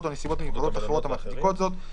או נסיבות מיוחדות אחרות המצדיקות זאת,